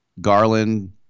Garland